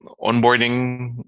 onboarding